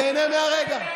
תיהנה מהרגע.